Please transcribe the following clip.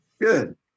good